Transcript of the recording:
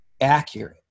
accurate